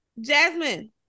Jasmine